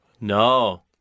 No